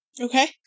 Okay